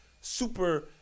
super